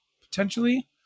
Potentially